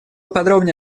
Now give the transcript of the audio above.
подробнее